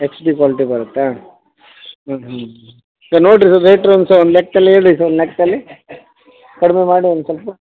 ಹೆಚ್ D quality ಬರುತ್ತಾ ಹಾಂ ಸ ನೋಡಿರಿ ಸರ್ ರೇಟು ಒಂದು ಲೆಕ್ದಲ್ಲಿ ಹೇಳಿ ಸರ್ ಒಂದು ಲೆಕ್ಕದಲ್ಲಿ ಕಡಿಮೆ ಮಾಡಿ ಒಂದು ಸ್ವಲ್ಪ